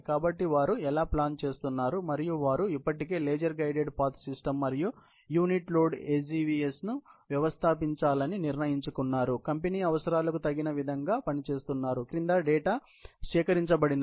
కాబట్టి వారు ఎలా ప్లాన్ చేస్తున్నారు మరియు వారు ఇప్పటికే లేజర్ గైడెడ్ పాత్ సిస్టమ్ మరియు యూనిట్ లోడ్ AGVS ని వ్యవస్థాపించాలని నిర్ణయించుకున్నారు కంపెనీ అవసరాలకు తగిన విధంగా పనిచేస్తున్నారు కింది డేటా సేకరించబడింది